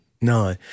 No